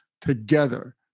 together